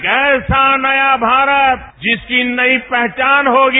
एक ऐसा नया भारत जिसकी नयी पहचान होगी